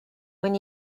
when